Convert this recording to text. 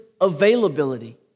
availability